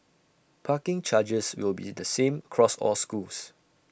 parking charges will be the same cross all schools